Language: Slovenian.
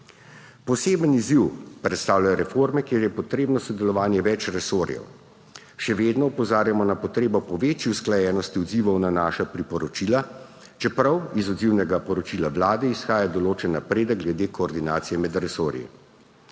Poseben izziv predstavljajo reforme, kjer je potrebno sodelovanje več resorjev. Še vedno opozarjamo na potrebo po večji usklajenosti odzivov na naša priporočila, čeprav iz odzivnega poročila Vlade izhaja določen napredek glede koordinacije med resorji.